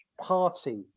party